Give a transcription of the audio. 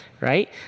right